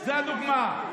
זו דוגמה.